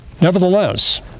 Nevertheless